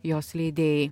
jos leidėjai